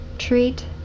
Treat